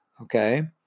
Okay